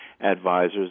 advisors